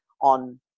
on